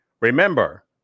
remember